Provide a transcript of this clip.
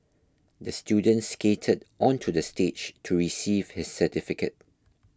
the student skated onto the stage to receive his certificate